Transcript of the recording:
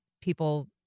people